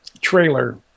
trailer